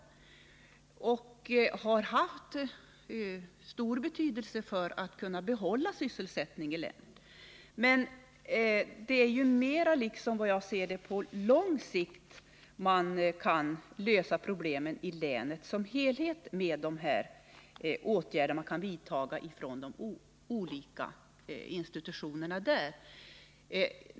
Arbetet där har haft stor betydelse för bevarandet av sysselsättningen i länet, men det är ju mera på lång sikt som man kan lösa problemen i länet som helhet genom åtgärder från dessa håll.